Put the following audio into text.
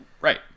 right